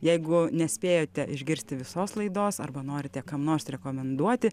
jeigu nespėjote išgirsti visos laidos arba norite kam nors rekomenduoti